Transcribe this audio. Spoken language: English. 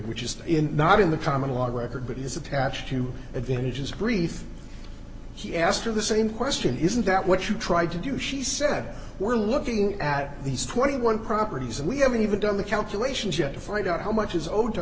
which is not in the common law record but is attached to advantages a brief he asked of the same question isn't that what you tried to do she said we're looking at these twenty one properties and we haven't even done the calculations yet to find out how much is o